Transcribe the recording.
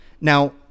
Now